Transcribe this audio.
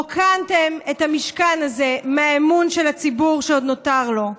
רוקנתם את המשכן הזה מהאמון של הציבור שעוד נותר בו.